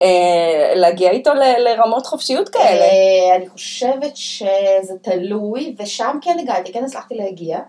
להגיע איתו לרמות חופשיות כאלה? אני חושבת שזה תלוי, ושם כן הגעתי, כן הצלחתי להגיע.